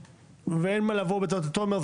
ואין מה לבוא בטענות לתומר.